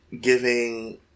giving